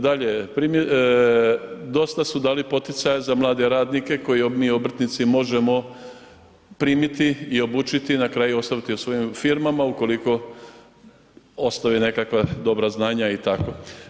Dalje, dosta su dali poticaja za mlade radnike koje mi obrtnici možemo primiti i obučiti i na kraju ostaviti u svojim firmama ukoliko ostave nekakva dobra znanja i tako.